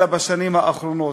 אלא בשנים האחרונות.